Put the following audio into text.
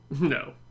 no